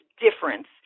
difference